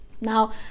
Now